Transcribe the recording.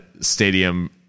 stadium